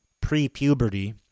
pre-puberty